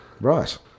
Right